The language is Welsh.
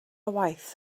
waith